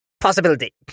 possibility